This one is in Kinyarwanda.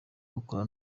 rukora